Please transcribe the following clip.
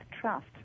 trust